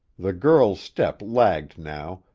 the girl's step lagged now,